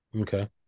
Okay